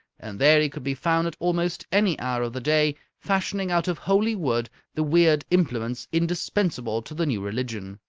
and there he could be found at almost any hour of the day fashioning out of holy wood the weird implements indispensable to the new religion.